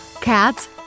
Cats